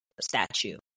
statue